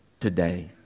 today